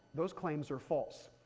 those claims are false.